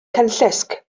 cenllysg